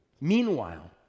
Meanwhile